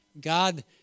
God